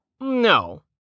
no